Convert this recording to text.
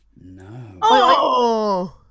No